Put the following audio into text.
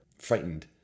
frightened